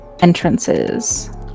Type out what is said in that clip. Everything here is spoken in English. entrances